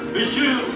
Monsieur